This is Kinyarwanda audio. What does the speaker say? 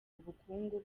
ubukungu